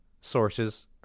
sources